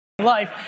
life